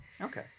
Okay